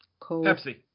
Pepsi